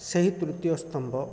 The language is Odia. ସେହି ତୃତୀୟ ସ୍ତମ୍ବ